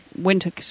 winter